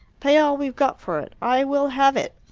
pay all we've got for it. i will have it.